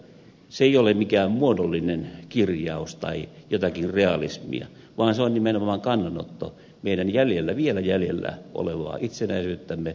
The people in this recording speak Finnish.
se ei ole mikään muodollinen kirjaus tai jotakin realismia vaan se on nimenomaan kannanotto meidän vielä jäljellä olevaa itsenäisyyttämme ja suvereniteettiamme vastaan